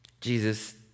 Jesus